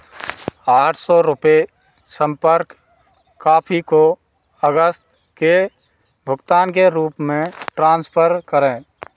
आठ सौ रुपये संपर्क काफी को अगस्त के भुगतान के रूप में ट्रांसफर करें